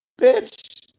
Bitch